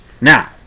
now